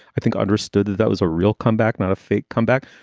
i think, understood that that was a real comeback, not a fake comeback.